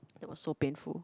that was so painful